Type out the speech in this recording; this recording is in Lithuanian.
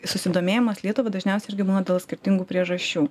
susidomėjimas lietuva dažniausiai irgi būna dėl skirtingų priežasčių